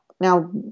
Now